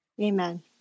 Amen